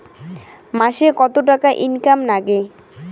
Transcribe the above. মাসে কত টাকা ইনকাম নাগে?